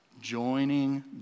joining